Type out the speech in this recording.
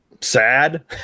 sad